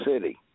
City